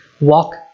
walk